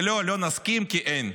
ולא, לא נסכים, כי אין.